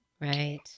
Right